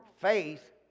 Faith